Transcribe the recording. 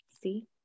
see